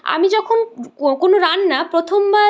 আমি যখন কোনো রান্না প্রথমবার